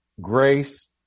grace